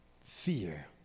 fear